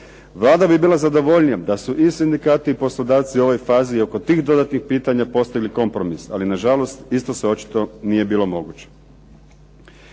Vlada bi bila zadovoljnija da su i sindikalci i poslodavci ovoj fazi oko dodatnih pitanja postavili kompromis ali na žalost isto se očito nije bilo moguće.